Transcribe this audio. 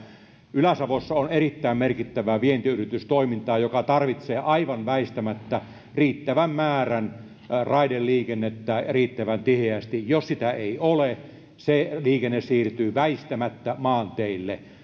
ylä savossa on erittäin merkittävää vientiyritystoimintaa joka tarvitsee aivan väistämättä riittävän määrän raideliikennettä riittävän tiheästi jos sitä ei ole se liikenne siirtyy väistämättä maanteille